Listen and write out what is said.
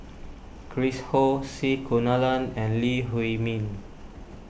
Chris Ho C Kunalan and Lee Huei Min